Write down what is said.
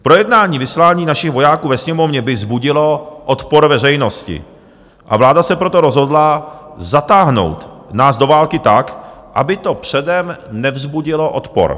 Projednání vyslání našich vojáků ve Sněmovně by vzbudilo odpor veřejnosti, a vláda se proto rozhodla zatáhnout nás do války tak, aby to předem nevzbudilo odpor.